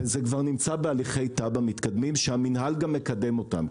וזה כבר נמצא בהליכי תב"ע מתקדמים שהמינהל גם מקדם אותם.